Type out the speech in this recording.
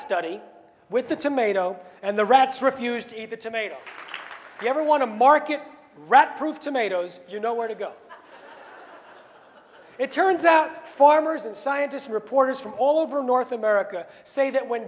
study with the tomato and the rats refused to eat the tomato ever want to market rat proof tomatoes you know where to go it turns out farmers and scientists reporters from all over north america say that when